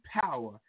power